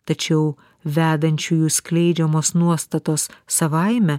tačiau vedančiųjų skleidžiamos nuostatos savaime